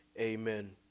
Amen